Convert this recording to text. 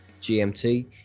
GMT